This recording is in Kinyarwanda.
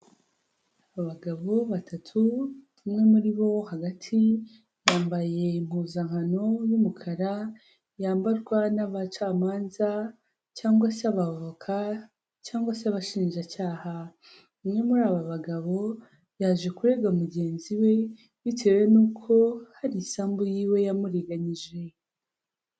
Abagabo batatu umwe muri bo wo hagati yambaye impuzankano y'umukara yambarwa n'abacamanza cyangwa se abavoka cyangwa se abashinjacyaha, umwe muri aba bagabo yaje kurega mugenzi we bitewe nuko hari isambu yiwe yamuriganyije.